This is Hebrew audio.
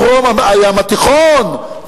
דרום הים התיכון,